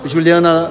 Juliana